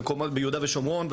ביהודה ושומרון,